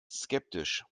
skeptisch